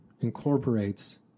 incorporates